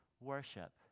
worship